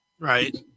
Right